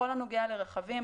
בכל הנוגע לרכבים,